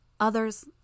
Others